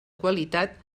qualitat